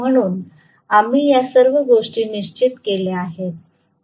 म्हणून आम्ही या सर्व गोष्टी निश्चित केल्या आहेत